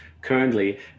currently